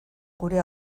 gure